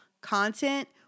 content